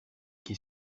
qui